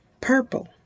Purple